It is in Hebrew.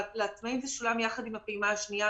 לעצמאיים זה שולם יחד עם הפעימה השנייה,